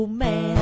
man